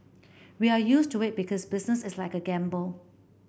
we are used to it because business is like a gamble